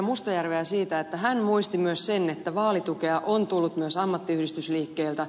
mustajärveä siitä että hän muisti myös sen että vaalitukea on tullut myös ammattiyhdistysliikkeeltä